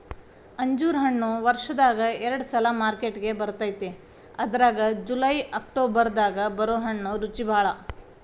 ಅಂಜೂರ ಹಣ್ಣು ವರ್ಷದಾಗ ಎರಡ ಸಲಾ ಮಾರ್ಕೆಟಿಗೆ ಬರ್ತೈತಿ ಅದ್ರಾಗ ಜುಲೈ ಅಕ್ಟೋಬರ್ ದಾಗ ಬರು ಹಣ್ಣು ರುಚಿಬಾಳ